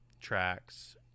tracks